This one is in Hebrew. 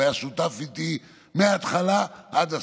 הוא היה שותף איתי מההתחלה עד הסוף.